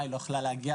אני רק אומר